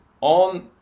on